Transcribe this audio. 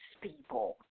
people